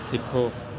ਸਿੱਖੋ